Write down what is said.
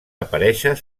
aparèixer